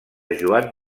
joan